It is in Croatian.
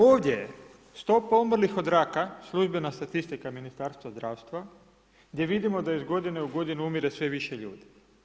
Ovdje je stopa umrlih od raka, službena statistika Ministarstva zdravstva gdje vidimo da iz godine u godinu umire sve više ljudi.